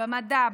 במדע,